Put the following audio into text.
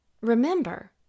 Remember